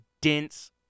dense